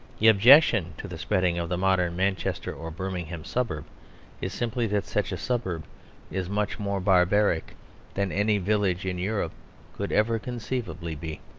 the objection to the spreading of the modern manchester or birmingham suburb is simply that such a suburb is much more barbaric than any village in europe could ever conceivably be.